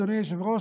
אדוני היושב-ראש,